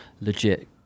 legit